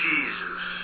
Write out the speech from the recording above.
Jesus